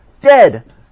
Dead